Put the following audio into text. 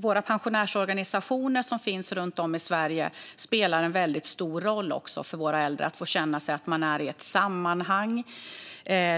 Våra pensionärsorganisationer, som finns runt om i Sverige, spelar en väldigt stor roll för att våra äldre ska få känna sig som en del av ett sammanhang.